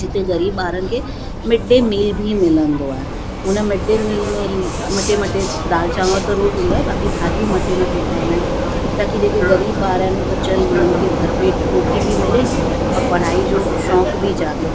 जिते ग़रीबु ॿारनि खे मी डे मिल बि मिलंदो आहे हुन मी डे मिल में मटे मटे दालि चावरु त रोज़ु हूंदो आहे बाक़ी भाॼियूं मटे मटे ठाहींदा आहिनि ताकी जेके ग़रीबु ॿार आहिनि अचनि उन्हनि खे भरपेट रोटी बि मिले और पढ़ाई जो शौक़ु बि जागे